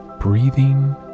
Breathing